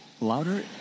louder